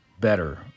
better